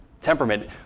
temperament